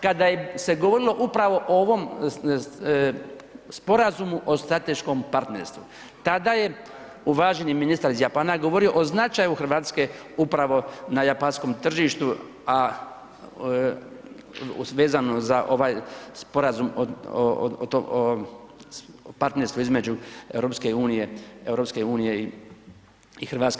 Kada je se govorilo upravo o ovom sporazumu o strateškom partnerstvu tada je uvaženi ministar iz Japana govorio o značaju Hrvatske upravo na japanskom tržištu, a vezano za ovaj sporazum o tom partnerstvu između EU, EU i Hrvatske.